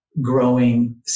growing